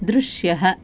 दृश्यः